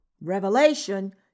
Revelation